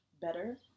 better